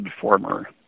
former